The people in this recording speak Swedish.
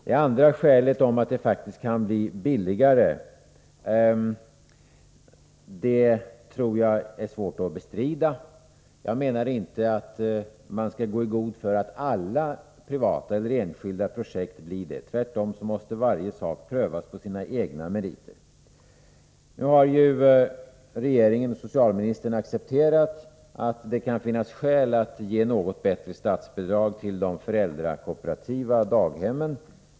Det andra skälet — att det faktiskt kan bli billigare — tror jag är svårt att bestrida. Jag menade inte att man kan gå i god för att alla privata eller enskilda projekt blir billigare — tvärtom måste varje sak prövas på sina egna meriter. Regeringen och socialministern har accepterat att det kan finnas skäl att ge något bättre statsbidrag till de föräldrakooperativa daghemmen.